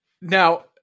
Now